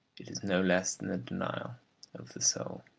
it is no less than a denial of the soul.